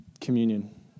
communion